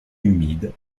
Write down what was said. humides